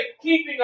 keeping